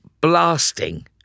blasting